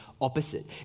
opposite